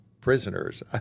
prisoners